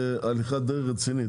הם עשו פה הליכה די רצינית,